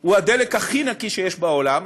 הוא הדלק הכי נקי שיש בעולם,